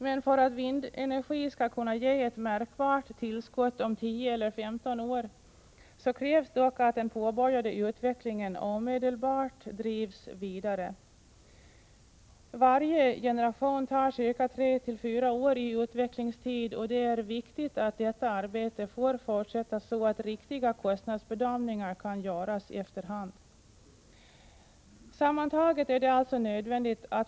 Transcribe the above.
Men för att vindenergi skall kunna ge ett märkbart tillskott om 10 eller 15 år krävs dock att den påbörjade utvecklingen omedelbart drivs vidare. Varje generation tar ca 34 år i utvecklingstid, och det är viktigt att detta arbete får fortsätta så att riktiga kostnadsbedömningar kan göras efter hand.